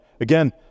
Again